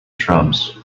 shrubs